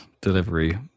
delivery